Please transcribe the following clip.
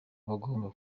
bagomba